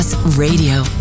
Radio